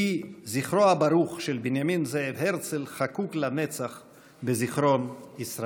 יהי זכרו הברוך של בנימין זאב הרצל חקוק לנצח בזיכרון ישראל.